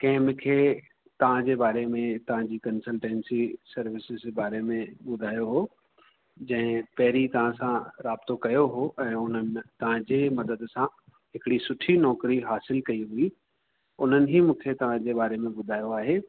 कंहिं मूंखे तव्हांजे बारे में तव्हांजी कंसल्टेंसी सर्विसेस जे बारे में ॿुधायो हो जंहिं पहिरीं तव्हां सां राबतो कयो हो ऐं उन्हनि तव्हांजे मदद सां हिकिड़ी सुठी नौकरी हासिलु कयी हुई उन्हनि ई मूंखे तव्हांजे बारे में ॿुधायो आहे